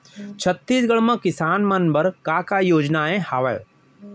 छत्तीसगढ़ म किसान मन बर का का योजनाएं हवय?